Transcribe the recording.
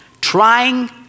trying